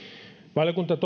valiokunta